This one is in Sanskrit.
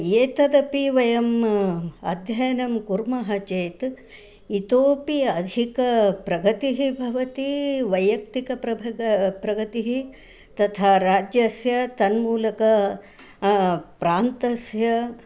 एतदपि वयम् अध्ययनं कुर्मः चेत् इतोपि अधिकाप्रगतिः भवती वैयक्तिकप्रभग प्रगतिः तथा राज्यस्य तन्मूलक प्रान्तस्य